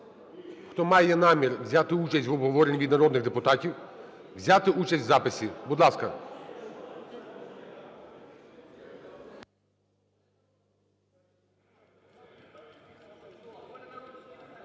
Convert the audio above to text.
хто має намір взяти участь в обговоренні від народних депутатів, взяти участь в записі. Будь ласка.